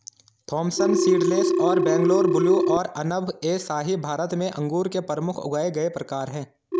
Thompson seedless और Bangalore blue और अनब ए शाही भारत में अंगूर के प्रमुख उगाए गए प्रकार हैं